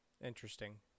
Interesting